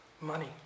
money